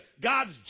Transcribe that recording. God's